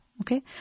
Okay